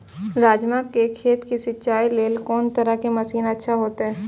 राजमा के खेत के सिंचाई के लेल कोन तरह के मशीन अच्छा होते?